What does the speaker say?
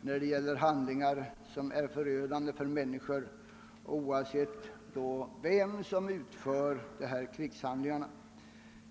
när det gäller handlingar som är förödande för människor, oavsett vem som utför dessa handlingar.